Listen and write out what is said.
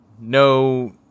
No